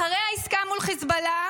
אחרי העסקה מול חיזבאללה,